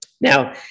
now